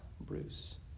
Bruce